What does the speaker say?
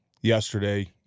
yesterday